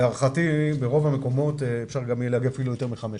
להערכתי ברוב המקומות אפשר גם יהיה להגיע אפילו ליותר מ-500.